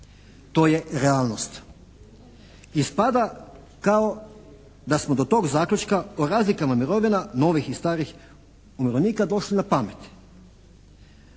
to je realnost. Ispada kao da smo do tog zaključka o razlikama mirovina novih i starih umirovljenika došli na pamet.